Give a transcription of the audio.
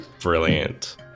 brilliant